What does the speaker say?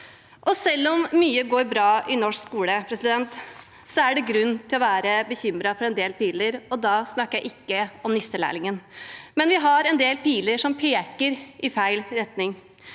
Selv om mye går bra i norsk skole, er det grunn til å være bekymret for en del piler, og da snakker jeg ikke om nisselærlingen, men vi har en del piler som peker i feil retning.